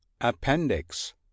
Appendix